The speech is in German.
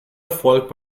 erfolg